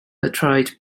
betrayed